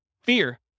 Fear